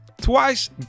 twice